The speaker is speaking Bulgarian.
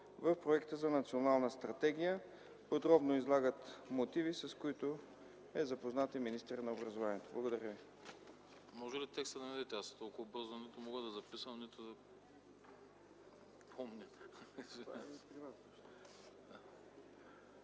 в Проекта за национална стратегия, подробно излагат мотиви, с които е запознат и министърът на образованието. Благодаря ви.